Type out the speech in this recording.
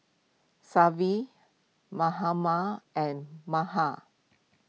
Mahatma and Mahan